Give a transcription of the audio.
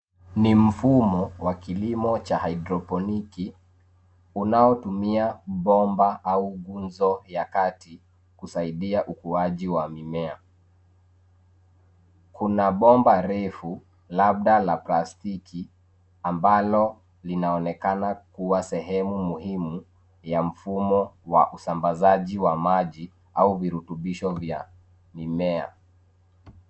Ni mfumo wa kilimo cha haidroponiki , unaotumia bomba au nguzo ya kati, kusaidia ukuaji wa mimea. Kuna bomba refu, labda la plastiki, ambalo linaonekana kuwa sehemu muhimu, ya mfumo wa usambazaji wa maji, au virutubisho vya mimea.